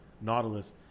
nautilus